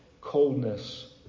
coldness